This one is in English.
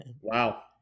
wow